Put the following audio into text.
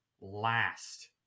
Last